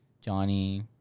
Johnny